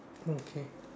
okay